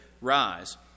rise